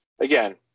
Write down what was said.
again